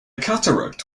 cataract